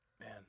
Man